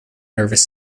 nervous